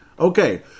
Okay